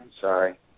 sorry